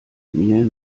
mir